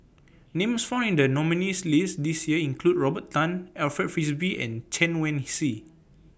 Names found in The nominees' list This Year include Robert Tan Alfred Frisby and Chen Wen Hsi